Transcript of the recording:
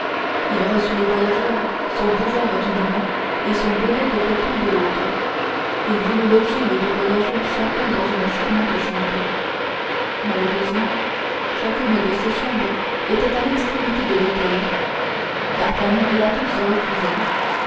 il reçut les voyageurs son bougeoir d'une main et son bonnet de coton de l'autre il voulut loger les deux voyageurs chacun dans une charmante chambre malheureusement chacune de ces chambres était à l'extrémité de l'hôtel d'artagnan et athos refusèrent